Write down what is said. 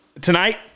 Tonight